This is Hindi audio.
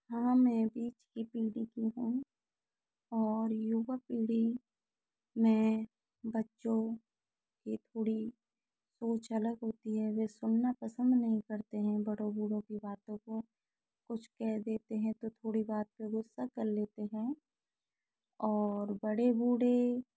हाँ मैं भी पीढ़ी की हूँ और युवा पीढ़ी मैं बच्चों की थोड़ी सोच अलग होती है वे सुनना पसंद नहीं करते हैं बड़ों बूढ़ों की बातों को कुछ कह देते हैं तो थोड़ी बात पे गुस्सा कर लेते हैं और बड़े बूढ़े